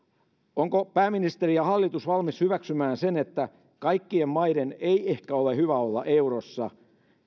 ovatko pääministeri ja hallitus valmiita hyväksymään sen että kaikkien maiden ei ehkä ole hyvä olla eurossa